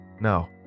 No